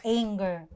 anger